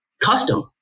custom